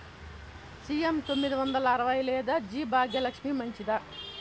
CM తొమ్మిది వందల అరవై లేదా జి భాగ్యలక్ష్మి మంచిదా?